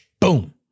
Boom